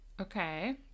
Okay